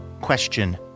question